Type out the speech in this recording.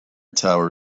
tower